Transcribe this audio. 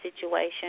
situation